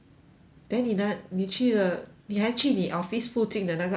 then 你的你去了你还去你 office 附近的那个 outlet leh